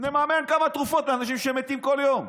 נממן כמה תרופות לאנשים שמתים כל יום.